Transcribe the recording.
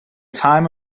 time